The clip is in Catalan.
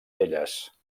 elles